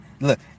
Look